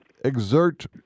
exert